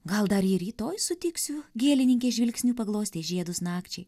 gal dar jį rytoj sutiksiu gėlininkė žvilgsniu paglostė žiedus nakčiai